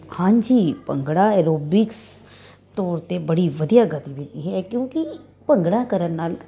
ਹਾਂਜੀ ਭੰਗੜਾ ਐਰੋਬਿਕਸ ਤੌਰ 'ਤੇ ਬੜੀ ਵਧੀਆ ਗਤੀਵਿਧੀ ਹੈ ਕਿਉਂਕਿ ਭੰਗੜਾ ਕਰਨ ਨਾਲ